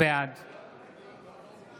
בעד